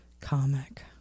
comic